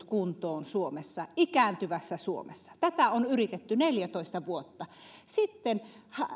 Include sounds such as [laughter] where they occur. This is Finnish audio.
[unintelligible] kuntoon suomessa ikääntyvässä suomessa tätä on yritetty neljätoista vuotta sitten